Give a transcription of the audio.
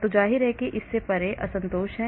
तो जाहिर है कि इससे परे असंतोष है